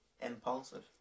impulsive